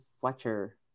Fletcher